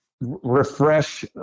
refresh